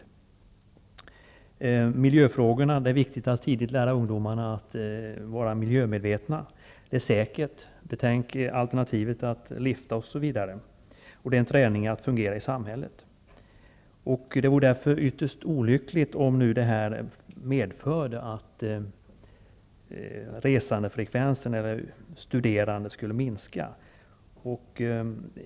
Vi har t.ex. miljöfrågorna. Det är ju viktigt att tidigt lära ungdomarna att vara miljömedvetna. Kollektivt resande är säkert. Betänk alternativet med att lifta osv.! Dessutom är kollektivt resande en träning i att fungera i samhället. Mot den bakgrunden vore det ytterst olyckligt om det här skulle medföra att antalet studerande som reser kollektivt skulle minska.